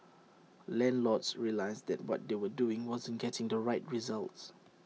landlords realised that what they were doing wasn't getting the right results